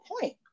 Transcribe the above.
point